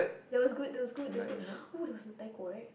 that was good that was good that was good oh there was Mentaiko right